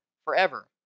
Forever